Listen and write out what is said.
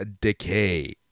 Decay